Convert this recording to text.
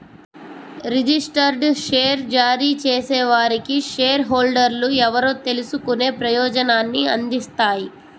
registered share జారీ చేసేవారికి share హోల్డర్లు ఎవరో తెలుసుకునే ప్రయోజనాన్ని అందిస్తాయి